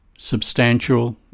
Substantial